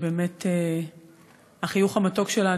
ובאמת החיוך המתוק שלה,